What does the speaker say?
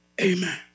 Amen